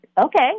okay